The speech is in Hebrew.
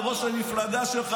לראש המפלגה שלך,